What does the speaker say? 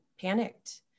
panicked